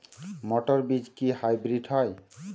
মটর বীজ কি হাইব্রিড হয়?